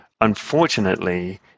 unfortunately